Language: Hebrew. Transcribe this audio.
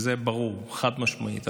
זה ברור, חד-משמעית.